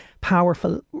powerful